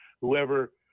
whoever